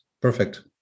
Perfect